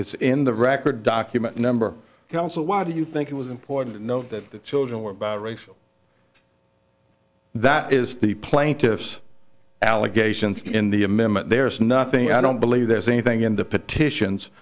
it's in the record document number counsel why do you think it was important to know that the children were about race that is the plaintiff's allegations in the amendment there's nothing i don't believe there's anything in the petitions